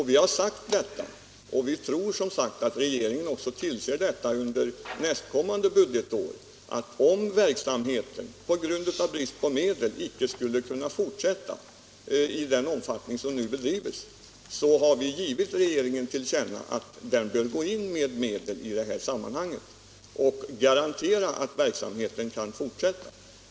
Det har vi sagt, och vi tror att regeringen också kommer att se till att anslaget höjs under nästkommande budgetår. Vi har givit regeringen till känna att regeringen, om verksamheten på grund av brist på medel icke skulle kunna bedrivas i samma omfattning som nu, bör gå in med bidrag och därmed garantera att verksamheten kan fortsätta.